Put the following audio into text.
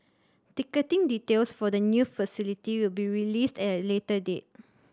ticketing details for the new facility will be released at a later date